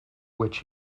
which